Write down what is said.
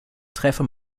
träfe